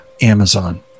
Amazon